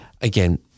again